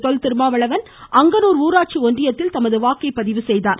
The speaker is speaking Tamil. தொல்திருமாவளவன் அங்கனூர் ஊராட்சி ஒன்றியத்தில் தனது வாக்கை பதிவுசெய்தார்